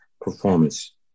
performance